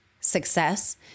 success